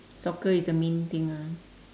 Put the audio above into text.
soccer is the main thing ah